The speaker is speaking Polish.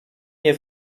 nie